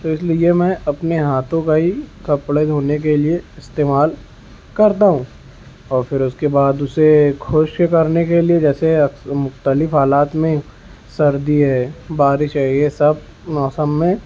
تو اس لیے میں اپنے ہاتھوں کا ہی کپڑے دھونے کے لیے استعمال کرتا ہوں اور پھر اس کے بعد اسے خشک کرنے کے لیے جیسے مختلف حالات میں سردی ہے بارش ہے یہ سب موسم میں